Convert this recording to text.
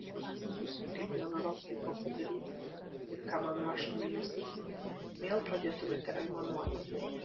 nepasakosiu kaip nenorom tai buvo padaryta ir ką man rašo ministras vėl pradėtumėte aimanuoti